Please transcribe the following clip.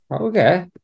Okay